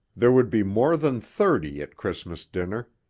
there would be more than thirty at christmas dinner,